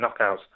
knockouts